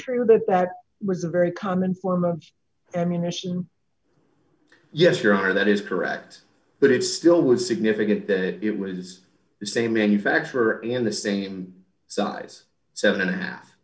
true that that was a very common form of ammunition yes your honor that is correct but it still was significant that it was the same manufacturer in the same size seven and a half